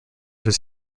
his